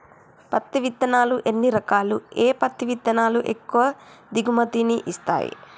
పత్తి విత్తనాలు ఎన్ని రకాలు, ఏ పత్తి విత్తనాలు ఎక్కువ దిగుమతి ని ఇస్తాయి?